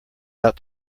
out